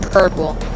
Purple